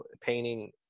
painting